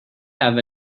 have